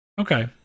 Okay